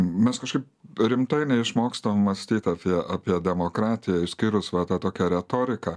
mes kažkaip rimtai neišmokstam mąstyt apie apie demokratiją išskyrus va tą tokią retoriką